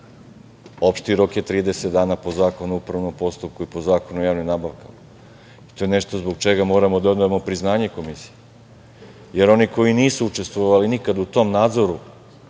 Opšti rok je 30 po Zakonu o upravnom postupku i po Zakonu o javnim nabavkama i to je nešto zbog čega moramo da odamo priznanje Komisiji, jer oni koji nisu učestvovali nikad u tom nadzoru